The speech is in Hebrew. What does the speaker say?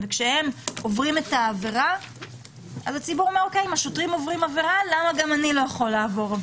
ואומר לעצמו שאם השוטרים עוברים עברה אז גם הוא יכול.